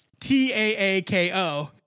t-a-a-k-o